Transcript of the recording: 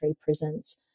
prisons